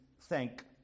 thank